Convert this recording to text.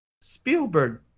spielberg